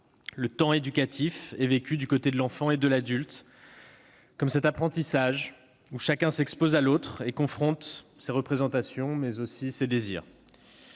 le temps éducatif est vécu, tant du côté de l'enfant que de celui de l'adulte, comme un apprentissage où chacun s'expose à l'autre et confronte ses représentations, ses désirs.